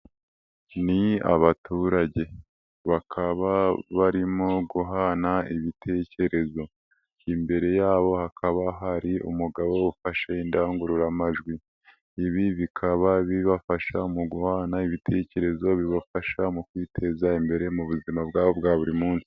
Ni abaturage bakaba barimo guhana ibitekerezo, imbere yabo hakaba hari umugabo ufashe indangururamajwi, ibi bikaba bibafasha mu guhanarana ibitekerezo bikabafasha mu kwiteza imbere mu buzima bwabo bwa buri munsi.